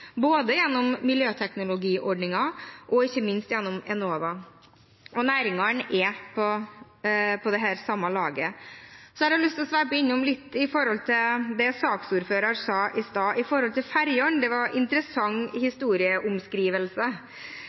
både gjennom miljøteknologiordningen og ikke minst gjennom Enova. Næringene er på dette samme laget. Jeg har lyst til å sveipe innom litt av det saksordføreren sa i stad om ferjene. Det var en interessant